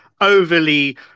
overly